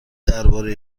درباره